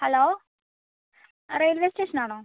hello railway station ആണോ